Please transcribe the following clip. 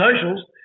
socials